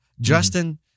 justin